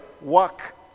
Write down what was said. work